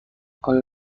آیا